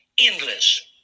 Endless